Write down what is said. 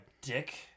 dick